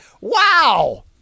wow